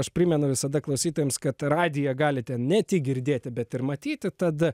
aš primenu visada klausytojams kad radiją galite ne tik girdėti bet ir matyti tada